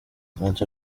ntacyo